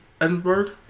Edinburgh